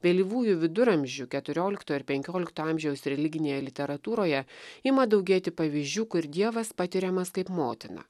vėlyvųjų viduramžių keturiolikto ir penkiolikto amžiaus religinėje literatūroje ima daugėti pavyzdžių kur dievas patiriamas kaip motina